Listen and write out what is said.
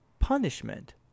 Punishment